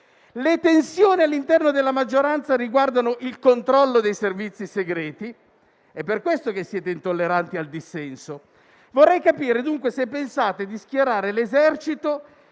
le tensioni all'interno della maggioranza riguardano il controllo dei servizi segreti ed è per questo che siete intolleranti al dissenso. Vorrei dunque capire se pensate di schierare l'Esercito